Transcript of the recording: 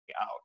out